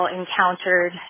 encountered